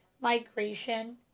migration